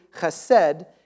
chesed